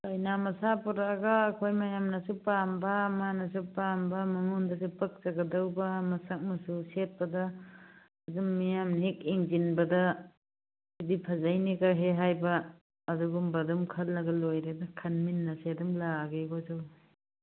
ꯀꯩꯅꯥ ꯃꯁꯥ ꯄꯨꯔꯛꯑꯒ ꯑꯩꯈꯣꯏ ꯃꯌꯥꯝꯅꯁꯨ ꯄꯥꯝꯕ ꯃꯥꯅꯁꯨ ꯄꯥꯝꯕ ꯃꯉꯣꯟꯗꯁꯨ ꯄꯥꯛꯆꯒꯗꯧꯕ ꯃꯁꯛ ꯃꯆꯨ ꯁꯦꯠꯄꯗ ꯑꯗꯨꯝ ꯃꯤꯌꯥꯝꯅ ꯍꯦꯛ ꯌꯦꯡꯁꯤꯟꯕꯗ ꯁꯤꯗꯤ ꯐꯖꯩꯅꯦꯍꯦꯒ ꯍꯥꯏꯕ ꯑꯗꯨꯒꯨꯝꯕ ꯑꯗꯨꯝ ꯈꯜꯂꯒ ꯂꯣꯏꯔꯦꯗ ꯈꯟꯅꯃꯤꯟꯅꯁꯦ ꯑꯗꯨꯝ ꯂꯥꯛꯑꯒꯦ ꯑꯩꯈꯣꯏꯁꯨ